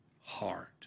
heart